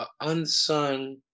unsung